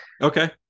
Okay